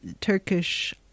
Turkish